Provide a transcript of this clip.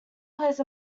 plays